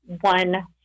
one